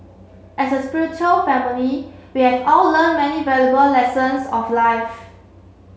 as a spiritual family we have all learned many valuable lessons of life